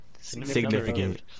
Significant